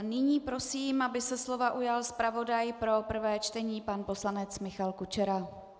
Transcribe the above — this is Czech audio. Nyní prosím, aby se slova ujal zpravodaj pro prvé čtení pan poslanec Michal Kučera.